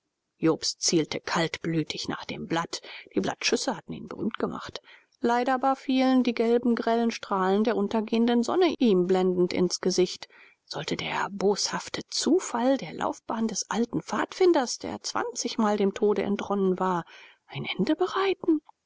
jobst zielte kaltblütig nach dem blatt die blattschüsse hatten ihn berühmt gemacht leider aber fielen die gelben grellen strahlen der untergehenden sonne ihm blendend ins gesicht sollte der boshafte zufall der laufbahn des alten pfadfinders der zwanzigmal dem tode entronnen war ein ende bereiten